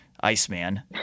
Iceman